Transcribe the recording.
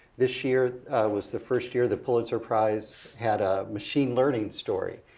this year was the first year the pulitzer prize had a machine learning story.